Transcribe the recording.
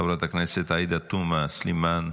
חברת הכנסת עאידה תומא סלימאן,